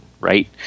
right